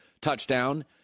touchdown